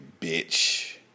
bitch